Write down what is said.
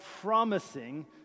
promising